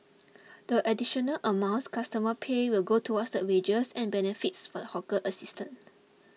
the additional amounts customers pay will go towards the wages and benefits for the hawker assistant